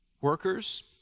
Workers